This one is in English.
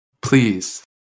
Please